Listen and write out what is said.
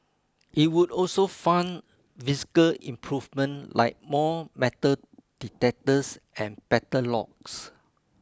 it would also fund physical improvement like more metal detectors and better locks